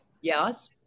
Yes